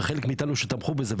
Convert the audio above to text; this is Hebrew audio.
וחלק מאתנו שתמכו בזה,